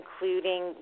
including